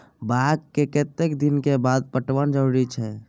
बाग के कतेक दिन के बाद पटवन जरूरी छै?